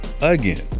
Again